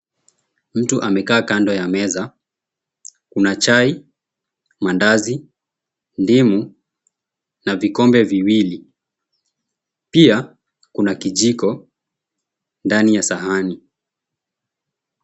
Mtu amekaa kando ya meza. Kuna chai, maandazi, ndimu, na vikombe viwili. Pia kuna kijiko ndani ya sahani.